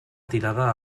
tirada